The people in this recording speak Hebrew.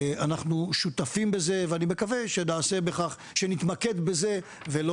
אנחנו שותפים בזה ואני מקווה שנתמקד בזה ולא